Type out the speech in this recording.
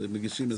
אז מגישים.